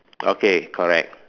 okay correct